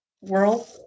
world